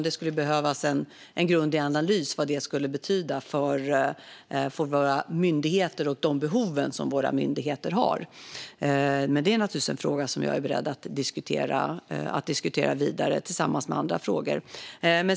Det skulle behövas en grundlig analys av vad det skulle betyda för våra myndigheter och de behov som våra myndigheter har. Men det är en fråga som jag är beredd att diskutera vidare tillsammans med andra frågor.